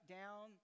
down